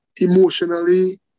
emotionally